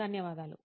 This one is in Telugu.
ధన్యవాదాలు